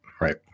right